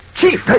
Chief